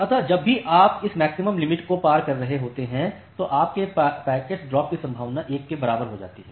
अब जब भी आप इस मैक्सिमम लिमिट को पार कर रहे होते हैं तो आपके पैकेट्स ड्रॉप की संभावना 1 के बराबर हो जाती है